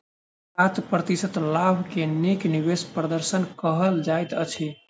सात प्रतिशत लाभ के नीक निवेश प्रदर्शन कहल जाइत अछि